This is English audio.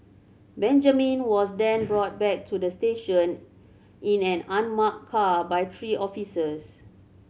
Benjamin was then brought back to the station in an unmarked car by three officers